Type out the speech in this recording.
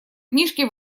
книжке